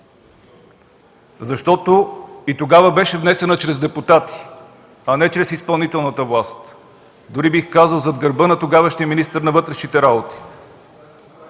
Защото и тогава беше внесена чрез депутати, а не чрез изпълнителната власт, дори бих казал, зад гърба на тогавашния министър на вътрешните работи.